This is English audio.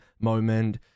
moment